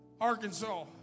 Arkansas